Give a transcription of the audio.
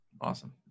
Awesome